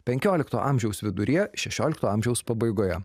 penkiolikto amžiaus viduryje šešiolikto amžiaus pabaigoje